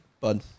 Bud